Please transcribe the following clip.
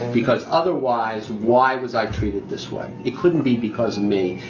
because otherwise, why was i treated this way? it couldn't be because of me.